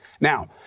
Now